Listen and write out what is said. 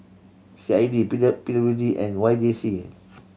C I D P P W D and Y J C